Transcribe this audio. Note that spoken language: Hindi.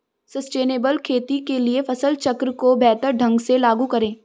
सस्टेनेबल खेती के लिए फसल चक्र को बेहतर ढंग से लागू करें